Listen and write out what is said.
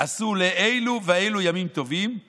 עשאן לאלו ולאלו ימים טובים";